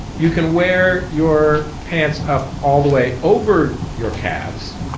you can wear your pants up all the way over your calves,